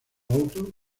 auto